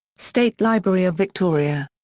state library of victoria.